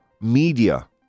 media